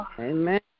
Amen